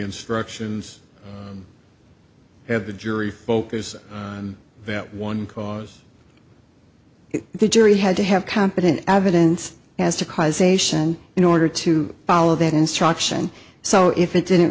instructions of the jury focus on that one cause the jury had to have competent evidence as to causation in order to follow that instruction so if it didn't